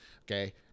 Okay